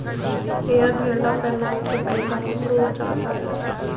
share गिरला पअ लोग के पईसा डूब जात हवे